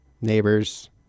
neighbors